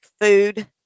food